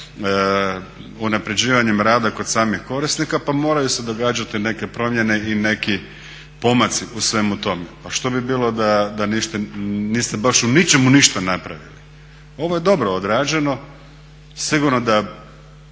unapređivanjem rada kod samih korisnika, pa moraju se događati neke promjene i neki pomaci u svemu tome. Pa što bi bilo da niste baš u ničemu ništa napravili. Ovo je dobro odrađeno, sigurno da